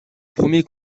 premier